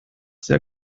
sehr